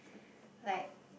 like